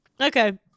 Okay